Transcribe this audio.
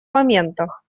моментах